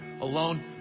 alone